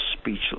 speechless